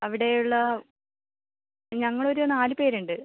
അവിടെ ഉള്ള ഞങ്ങൾ ഒരു നാല് പേരുണ്ട്